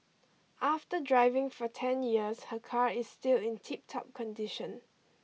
after driving for ten years her car is still in tiptop condition